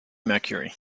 mercury